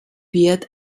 wird